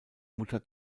mutter